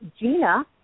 Gina